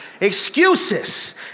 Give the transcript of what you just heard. Excuses